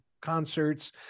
concerts